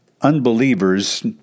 Unbelievers